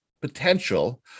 potential